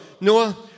Noah